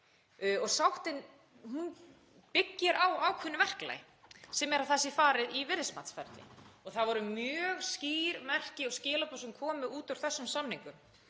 og sáttin byggist á ákveðnu verklagi sem er að það sé farið í virðismatsferli. Það voru mjög skýr merki og skilaboð sem komu út úr þessum samningum